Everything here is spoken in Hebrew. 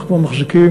אנחנו מחזיקים,